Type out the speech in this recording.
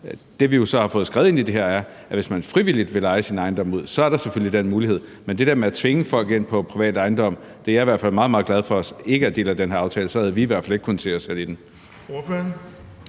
jo så har fået skrevet ind i det her, er, at hvis man frivilligt vil leje sin ejendom ud, så er der selvfølgelig den mulighed. Men det der med at tvinge folk ind på privat ejendom er jeg i hvert fald meget, meget glad for ikke er en del af den her aftale, for så havde vi i hvert fald ikke kunnet se os selv i den.